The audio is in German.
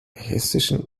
hessischen